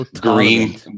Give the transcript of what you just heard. Green